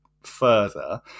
further